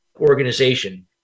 organization